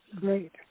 Great